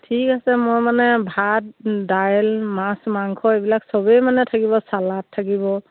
ঠিক আছে মই মানে ভাত দাইল মাছ মাংস এইবিলাক চবেই মানে থাকিব চালাড থাকিব